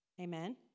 Amen